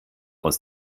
aus